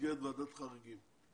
במסגרת ועדת חריגים.